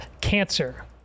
cancer